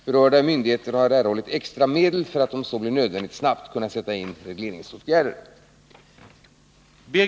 Berörda myndigheter har erhållit extra medel för att om så blir nödvändigt snabbt kunna sätta in regleringsåtgärder.